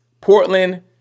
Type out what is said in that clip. Portland